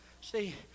See